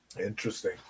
Interesting